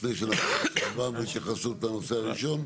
לפני שנתקדם, יש התייחסות לנושא הראשון?